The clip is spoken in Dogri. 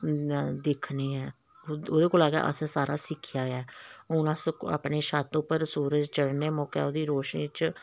दिक्खने ऐं ओह्दे कोला गै अस सारा सिक्खेआ ऐ हून अस अपने छत्त उप्पर सूरज चढ़ने मौके ओह्दी रोशनी च